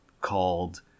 called